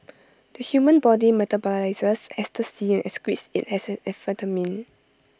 the human body metabolises ecstasy and excretes IT as amphetamine